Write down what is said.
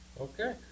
Okay